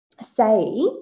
say